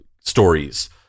stories